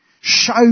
show